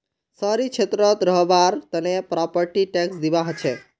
शहरी क्षेत्रत रहबार तने प्रॉपर्टी टैक्स दिबा हछेक